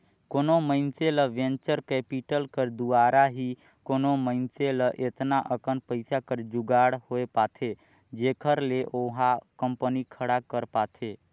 कोनो मइनसे ल वेंचर कैपिटल कर दुवारा ही कोनो मइनसे ल एतना अकन पइसा कर जुगाड़ होए पाथे जेखर ले ओहा कंपनी खड़ा कर पाथे